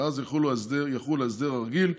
שאז יחול ההסדר הרגיל,